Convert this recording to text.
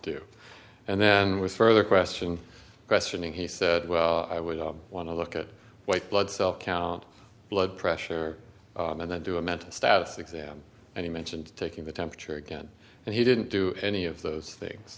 do and then was further questioning questioning he said well i would want to look at white blood cell count blood pressure and then do a mental status exam and he mentioned taking the temperature again and he didn't do any of those things